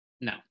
No